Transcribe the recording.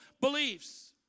beliefs